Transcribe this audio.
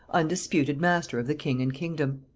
undisputed master of the king and kingdom.